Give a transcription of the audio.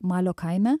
malio kaime